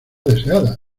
deseada